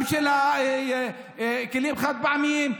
גם של הכלים החד-פעמיים,